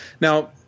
Now